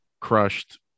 crushed